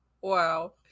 Wow